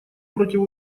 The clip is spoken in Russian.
против